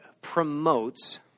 promotes